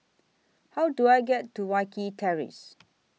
How Do I get to Wilkie Terrace